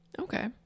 Okay